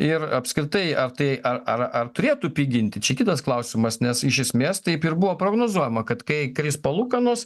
ir apskritai ar tai ar ar ar turėtų piginti čia kitas klausimas nes iš esmės taip ir buvo prognozuojama kad kai kris palūkanos